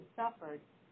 suffered